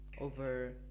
over